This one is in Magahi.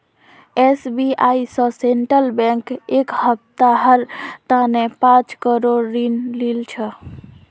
एस.बी.आई स सेंट्रल बैंक एक सप्ताहर तने पांच करोड़ ऋण लिल छ